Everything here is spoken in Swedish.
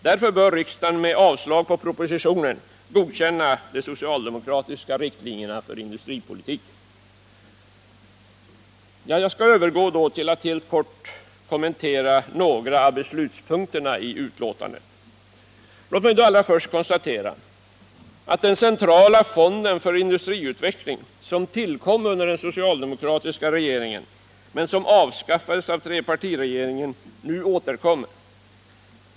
Därför bör riksdagen med avslag på propositionen godkänna de socialdemokratiska riktlinjerna för industripolitiken. Jag övergår så till att helt kort kommentera några av beslutspunkterna i betänkandet. Låt mig allra första konstatera att den centrala fond för industriutveckling som tillkom under den socialdemokratiska regeringen men som avskaffades av trepartiregeringen nu återkommer.